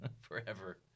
Forever